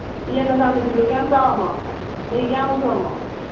ꯑꯦ ꯅꯆꯥꯅꯨꯄꯤꯗꯨ ꯀ꯭ꯌꯥꯝ ꯆꯥꯎꯔꯃꯣ ꯆꯍꯤ ꯀꯌꯥꯃꯨꯛ ꯁꯨꯔꯃꯣ